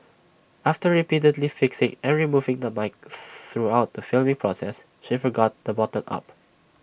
after repeatedly fixing and removing the mic throughout the filming process she forgot to button up